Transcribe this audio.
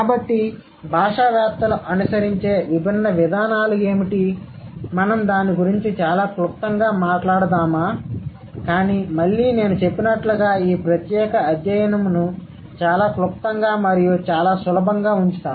కాబట్టి భాషావేత్తలు అనుసరించే విభిన్న విధానాలు ఏమిటి మేము దాని గురించి చాలా క్లుప్తంగా మాట్లాడదామా కానీ మళ్ళీ నేను చెప్పినట్లుగా ఈ ప్రత్యేక అధ్యాయంను చాలా క్లుప్తంగా మరియు చాలా సులభంగా ఉంచుతాను